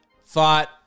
thought